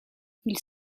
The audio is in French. ils